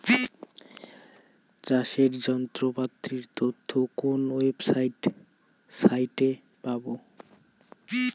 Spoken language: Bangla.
চাষের যন্ত্রপাতির তথ্য কোন ওয়েবসাইট সাইটে পাব?